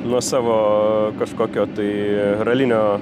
nuo savo kažkokio tai ralinio